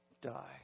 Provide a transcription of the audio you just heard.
die